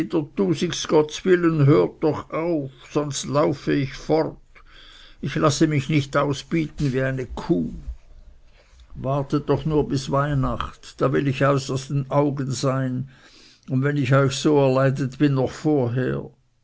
hört doch auf sonst laufe ich fort ich lasse mich nicht ausbieten wie eine kuh wartet doch nur bis weihnacht da will ich euch aus den augen oder wenn ich euch so erleidet bin noch vorher